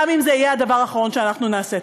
גם אם זה יהיה הדבר האחרון שאנחנו נעשה.